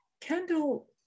Kendall